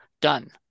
done